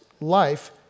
life